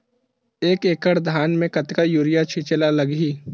एक एकड़ धान में कतका यूरिया छिंचे ला लगही?